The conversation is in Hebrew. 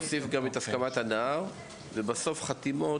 תוסיף גם את הסכמת הנער ובסוף חתימות.